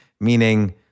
Meaning